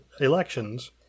elections